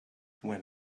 when